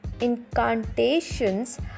incantations